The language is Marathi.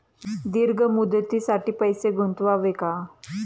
दीर्घ मुदतीसाठी पैसे गुंतवावे का?